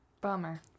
bummer